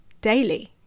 daily